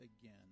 again